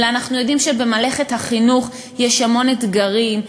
אלא אנחנו יודעים שבמלאכת החינוך יש המון אתגרים,